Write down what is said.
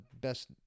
best